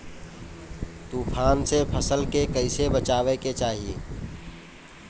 तुफान से फसल के कइसे बचावे के चाहीं?